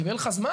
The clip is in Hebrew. אם יהיה לך זמן,